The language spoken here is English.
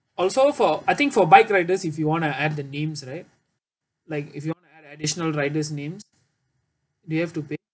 also for I think for bike riders if you want to add the names right like if you want to add additional riders' names they have to pay